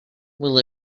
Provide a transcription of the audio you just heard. will